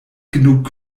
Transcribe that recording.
genug